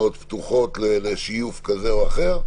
לנו עדיין פתוחות לצורך שיוף כזה או אחר,